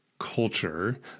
Culture